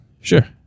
Sure